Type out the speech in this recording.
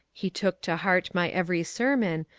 he took to heart my every sermon,